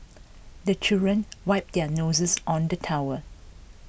the children wipe their noses on the towel